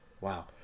wow